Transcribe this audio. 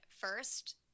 first